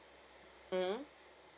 mmhmm